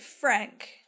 Frank